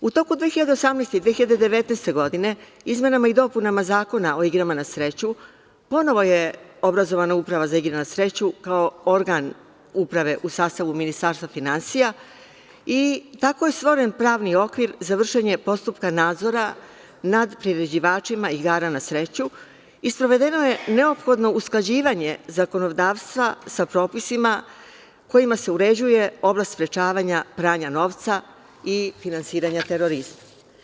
U toku 2018. godine i 2019. godine, izmenama i dopunama Zakona o igrama na sreću, ponovo je obrazovana Uprava za igre na sreću kao organ uprave u sastavu Ministarstva finansija i tako je stvoren pravni okvir za vršenje postupka nadzora nad priređivačima igara na sreću i sprovedeno je neophodno usklađivanje zakonodavstva sa propisima kojima se uređuje oblast sprečavanja pranja novca i finansiranja terorizma.